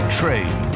trade